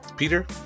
Peter